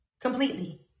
completely